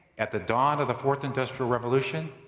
at the dawn of the fourth industrial revolution,